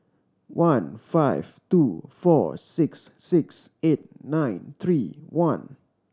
one five two four six six eight nine three one